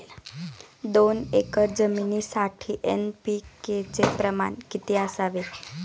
दोन एकर जमीनीसाठी एन.पी.के चे प्रमाण किती असावे?